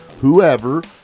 whoever